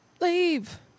Leave